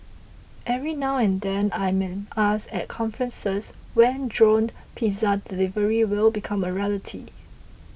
every now and then I am asked at conferences when drone pizza delivery will become a reality